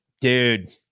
dude